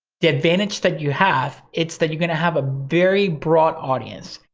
the advantage that you have, it's that you're gonna have ah very broad audience,